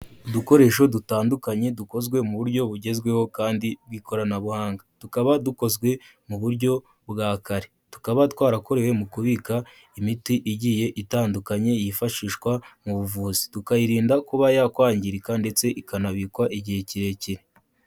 Udukoresho dutandukanye dukozwe mu buryo bugezweho kandi bw'ikoranabuhanga, tukaba dukozwe mu buryo bwa kare, tukaba twarakorewe mu kubika imiti igiye itandukanye yifashishwa mu buvuzi, tukayirinda kuba yakwangirika ndetse ikanabikwa igihe kirekire.